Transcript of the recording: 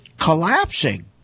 collapsing